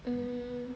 mm